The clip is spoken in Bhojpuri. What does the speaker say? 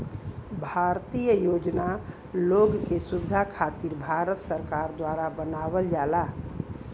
भारतीय योजना लोग के सुविधा खातिर भारत सरकार द्वारा बनावल जाला